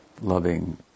loving